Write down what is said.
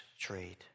trade